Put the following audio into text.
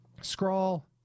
Scrawl